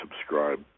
subscribe